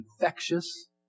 infectious